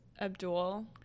abdul